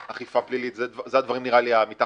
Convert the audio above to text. נוביל את הדיון כך: מירב,